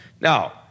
Now